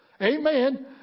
Amen